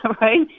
right